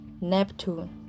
Neptune